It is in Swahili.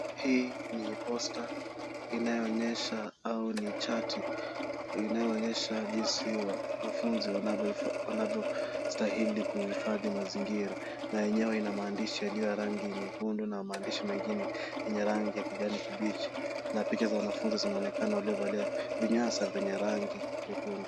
Hii ni posta inayoonyesha, au ni chati inayoonyesha jinsi wanafunzi wanavyostahili kuhifadhi mazingira. Na yenyewe ina maandishi yaliyo rangi nyekundu, na maandishi mengine ni nyarangi ya kijani kibichi. Na picha za wanafunzi zinaonekana, waliovalia vinyasa venye rangi nyekundu.